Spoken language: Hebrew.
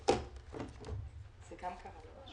גם של